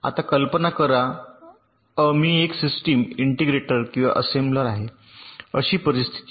आता कल्पना करा अ मी एक सिस्टीम इंटिग्रेटर किंवा एसेम्ब्लर आहे अशी परिस्थिती